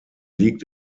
liegt